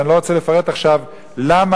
ואני לא רוצה לפרט עכשיו למה,